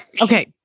Okay